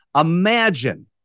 Imagine